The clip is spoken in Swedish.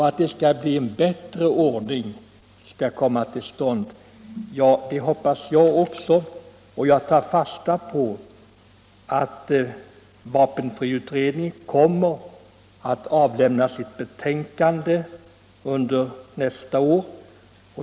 Att en bättre ordning skall komma till stånd hoppas jag också, och jag tar fasta på uppgiften om att vaptenfriutredningen kommer att avlämna sitt betänkande under nästa år.